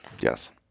yes